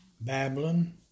Babylon